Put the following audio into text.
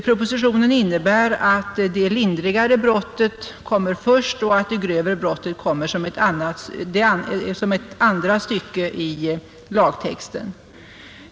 Propositionen innebär att det lindrigare brottet kommer först och att det grövre brottet kommer som ett andra stycke i lagtexten.